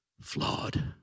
flawed